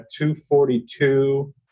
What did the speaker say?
2.42